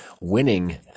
winning